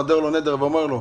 נודר לו נדר ואומר לו: